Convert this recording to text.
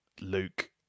Luke